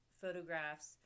photographs